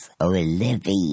Olivia